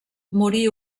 morí